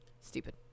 Stupid